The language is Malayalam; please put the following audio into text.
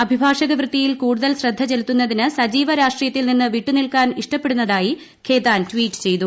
അഭിഭാഷക വൃത്തിയിൽ കൂടുതൽ ശ്രദ്ധ ചെലുത്തുന്നതിന് സജീവ രാഷ്ട്രീയത്തിൽ നിന്ന് വിട്ടുനിൽക്കാൻ ഇഷ്ടപ്പെടുന്നതായി ഖേതാൻ ട്വീറ്റ് ചെയ്തു